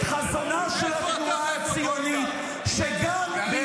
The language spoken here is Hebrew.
את חזונה של התנועה הציונית -- אריאל